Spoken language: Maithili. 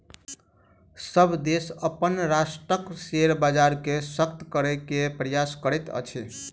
सभ देश अपन राष्ट्रक शेयर बजार के शशक्त करै के प्रयास करैत अछि